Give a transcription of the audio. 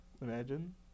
Imagine